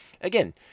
Again